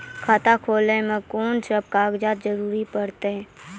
खाता खोलै मे कून सब कागजात जरूरत परतै?